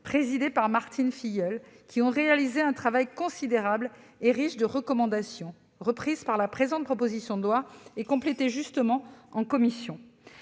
présidée par Martine Filleul, qui ont réalisé un travail considérable et riche de recommandations, lesquelles ont été reprises par la présente proposition de loi et complétées judicieusement en commission.